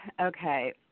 okay